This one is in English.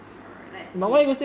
sure let's see